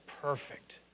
perfect